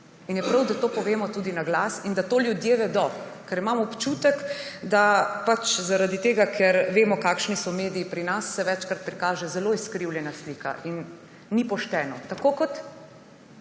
in je prav, da to povemo tudi na glas in da to ljudje vedo, ker imam občutek, da pač zaradi tega, ker vemo, kakšni so mediji pri nas, se večkrat prikaže zelo izkrivljena slika. Ni pošteno, tako kot,